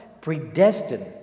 predestined